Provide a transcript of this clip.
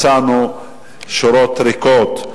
מצאנו שורות ריקות,